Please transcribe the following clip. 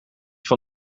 van